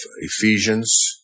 Ephesians